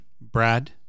Brad